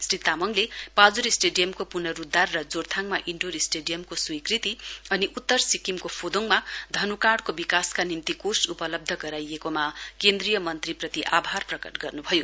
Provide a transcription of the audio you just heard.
श्री तामाङले पाल्जोर स्टेडियमको पूनरूद्वार जोरथाङमा इन्डोर स्टेडियम स्वीकृति उत्तर सिक्किमको फोदोङमा धनुकाँडको विकासका निम्ति कोष उपलब्ध गराईएकोमा केन्द्रीय मन्त्रिप्रति आभार प्रकट गर्न्भयो